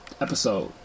episode